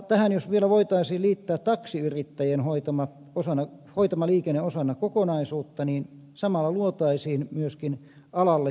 tähän jos vielä voitaisiin liittää taksiyrittäjien hoitama liikenne osana kokonaisuutta niin samalla luotaisiin myöskin alalle työpaikkoja